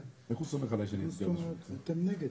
פער שהוא גם לא סביר במונחים דמוקרטיים ולא נצרך.